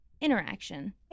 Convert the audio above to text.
interaction